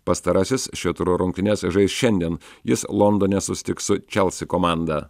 pastarasis šio turo rungtynes žais šiandien jis londone susitiks su chelsea komanda